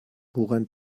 woran